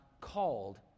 called